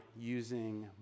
using